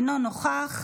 אינו נוכח,